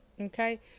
Okay